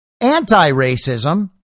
anti-racism